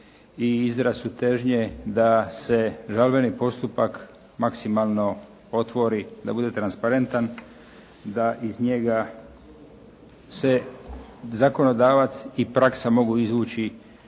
i izraz su težnje da se žalbeni postupak maksimalno otvori, da bude transparentan, da iz njega se zakonodavac i praksa mogu izvući